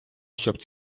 щоб